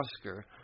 Oscar